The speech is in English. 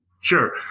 Sure